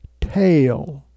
tail